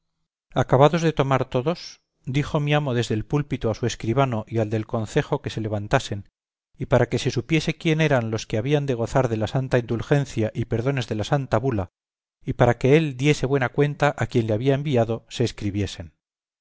acabados de tomar todos dijo mi amo desde el púlpito a su escribano y al del concejo que se levantasen y para que se supiese quién eran los que habían de gozar de la santa indulgencia y perdones de la santa bula y para que él diese buena cuenta a quien le había enviado se escribiesen